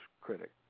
critic